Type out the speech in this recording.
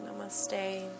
namaste